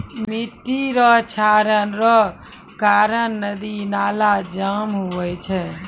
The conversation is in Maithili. मिट्टी रो क्षरण रो कारण नदी नाला जाम हुवै छै